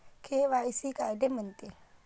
KYC कायले म्हनते?